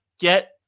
get